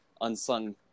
unsung